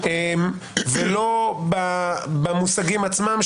ולא במושגים עצמם,